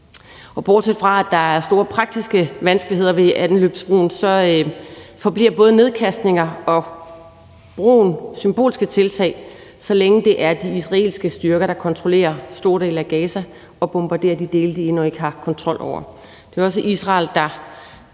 Bortset fra at der er store praktiske vanskeligheder ved anløbsbroen, forbliver både nedkastninger og broen symbolske tiltag, så længe det er de israelske styrker, der kontrollerer store dele af Gaza og bombarderer de dele, de endnu ikke har kontrol over. Det er også Israel, der